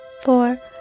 four